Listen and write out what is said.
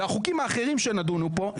והחוקים האחרים שנדונו פה,